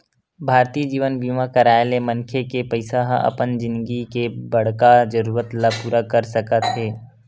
भारतीय जीवन बीमा कराय ले मनखे के पइसा ह अपन जिनगी के बड़का जरूरत ल पूरा कर सकत हे